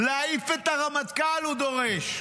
להעיף את הרמטכ"ל, הוא דורש.